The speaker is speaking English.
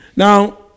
Now